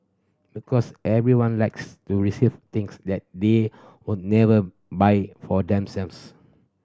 because everyone likes to receive things that they would never buy for themselves